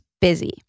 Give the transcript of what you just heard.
busy